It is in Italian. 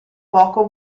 poco